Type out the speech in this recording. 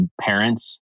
parents